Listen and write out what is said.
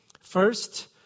First